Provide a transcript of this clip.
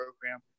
program